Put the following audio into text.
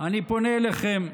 אני פונה אליכם.